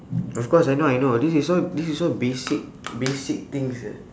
of course I know I know this is all this is all basic basic things ah